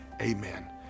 amen